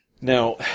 Now